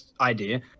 idea